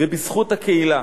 ובזכות הקהילה.